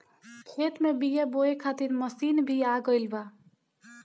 खेत में बीआ बोए खातिर मशीन भी आ गईल बा